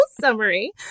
summary